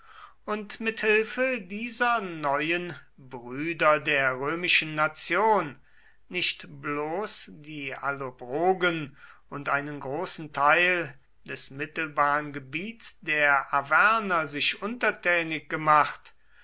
und mit hilfe dieser neuen brüder der römischen nation nicht bloß die allobrogen und einen großen teil des mittelbaren gebiets der arverner sich untertänig gemacht